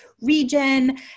region